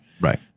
Right